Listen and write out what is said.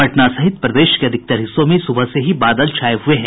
पटना सहित प्रदेश के अधिकतर हिस्सों में सुबह से ही बादल छाये हये हैं